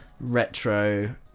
retro